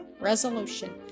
resolution